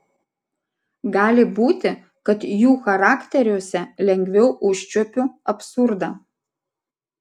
gali būti kad jų charakteriuose lengviau užčiuopiu absurdą